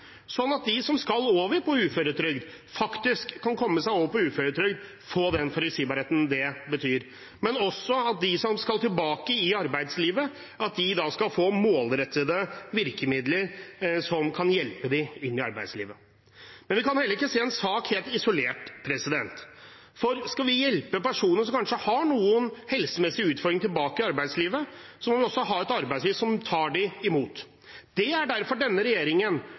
den forutsigbarheten det betyr, men også at de som skal tilbake i arbeidslivet, skal få målrettede virkemidler som kan hjelpe dem inn i arbeidslivet. Vi kan heller ikke se en sak helt isolert, for skal vi hjelpe personer som kanskje har noen helsemessige utfordringer tilbake i arbeidslivet, må vi også ha et arbeidsliv som tar dem imot. Det er derfor denne regjeringen